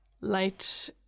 light